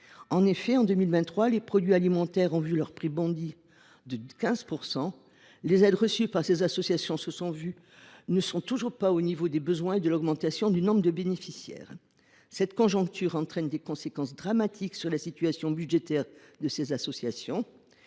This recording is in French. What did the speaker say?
En effet, en 2023, les produits alimentaires ont vu leur prix bondir de 15 %. Les aides reçues par ces associations ne sont toujours pas au niveau des besoins et de l’augmentation du nombre de bénéficiaires. Une telle conjoncture entraîne des conséquences dramatiques sur la situation budgétaire de ces associations.